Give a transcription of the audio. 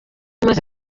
maze